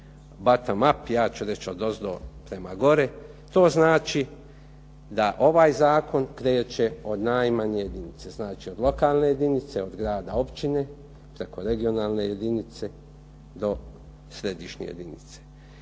razumije./… ja ću reći odozdo prema gore. To znači da ovaj zakon kreće od najmanje jedinice, znači od lokalne jedinice, od grada, općine preko regionalne jedinice do središnje jedinice.